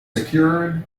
secured